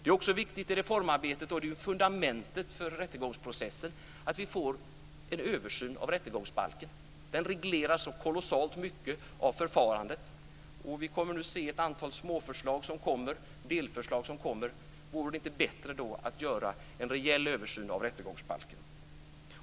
Det är vidare viktigt i reformarbetet - och det är fundamentet för rättegångsprocessen - att vi får en översyn av rättegångsbalken. Den reglerar så kolossalt mycket av förfarandet. Vore det då inte bättre att göra en rejäl översyn av rättegångsbalken?